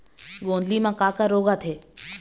गोंदली म का का रोग आथे?